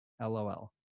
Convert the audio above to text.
LOL